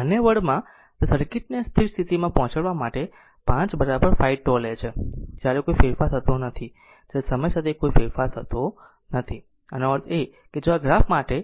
અન્ય વોર્ડમાં તે સર્કિટ ને સ્થિર સ્થિતિમાં પહોંચવામાં t 5 τ લે છે જ્યારે કોઈ ફેરફાર થતો નથી જ્યારે સમય સાથે કોઈ ફેરફાર થતો નથી આનો અર્થ એ કે આ ગ્રાફ માટે